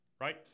Right